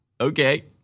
okay